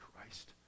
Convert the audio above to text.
Christ